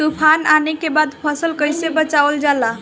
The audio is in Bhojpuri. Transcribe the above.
तुफान आने के बाद फसल कैसे बचावल जाला?